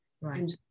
Right